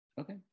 Okay